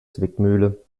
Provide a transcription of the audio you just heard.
zwickmühle